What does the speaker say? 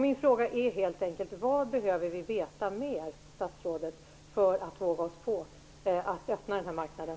Min fråga är helt enkelt: Vad behöver vi veta mer, statsrådet, för att våga oss på att öppna den här marknaden?